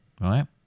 right